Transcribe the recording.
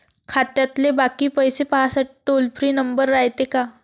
खात्यातले बाकी पैसे पाहासाठी टोल फ्री नंबर रायते का?